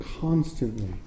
constantly